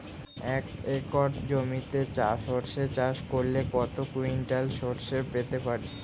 এক একর জমিতে সর্ষে চাষ করলে কত কুইন্টাল সরষে পেতে পারি?